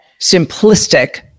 simplistic